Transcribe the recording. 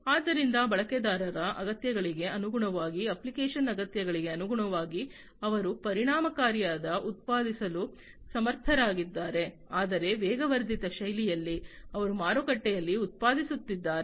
ಆದ್ದರಿಂದ ಬಳಕೆದಾರರ ಅಗತ್ಯಗಳಿಗೆ ಅನುಗುಣವಾಗಿ ಅಪ್ಲಿಕೇಶನ್ ಅಗತ್ಯಗಳಿಗೆ ಅನುಗುಣವಾಗಿ ಅವರು ಪರಿಣಾಮಕಾರಿಯಾಗಿ ಉತ್ಪಾದಿಸಲು ಸಮರ್ಥರಾಗಿದ್ದಾರೆ ಆದರೆ ವೇಗವರ್ಧಿತ ಶೈಲಿಯಲ್ಲಿ ಅವರು ಮಾರುಕಟ್ಟೆಯಲ್ಲಿ ಉತ್ಪಾದಿಸುತ್ತಿದ್ದಾರೆ